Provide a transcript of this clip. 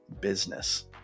business